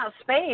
space